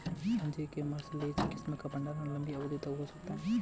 अंजीर के मार्सलीज किस्म का भंडारण लंबी अवधि तक हो सकता है